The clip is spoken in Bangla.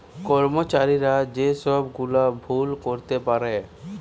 কর্মচারীরা যে সব গুলা ভুল করতে পারে